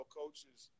coaches